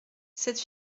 cette